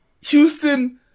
Houston